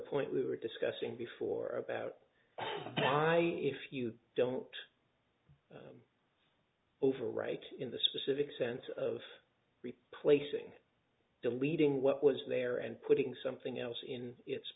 point we were discussing before about why if you don't overwrite in the specific sense of replacing deleting what was there and putting something else in its